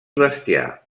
bestiar